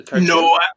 No